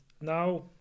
Now